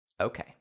Okay